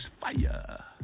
fire